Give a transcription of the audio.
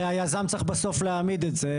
הרי היזם צריך בסוף להעמיד את זה,